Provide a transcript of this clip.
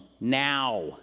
now